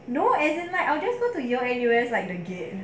no as in like I just go to yale N_U_S quite needy leh